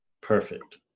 Perfect